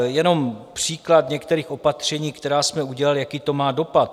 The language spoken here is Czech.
Jenom příklad některých opatření, která jsme udělali a jaký to má dopad.